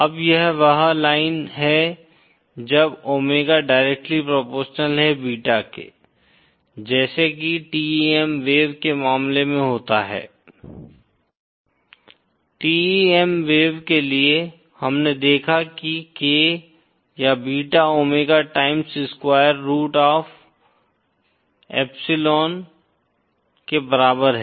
अब यह वह लाइन है जब ओमेगा डायरेक्टली प्रोपोरशनल है बीटा के जैसे कि TEM वेव के मामले में होता है TEM वेव के लिए हमने देखा कि K या beta omega times square root of I epsilon के बराबर है